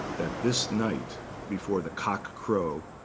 that this night before the cock crow,